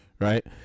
right